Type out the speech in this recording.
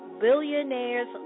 billionaires